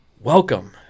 welcome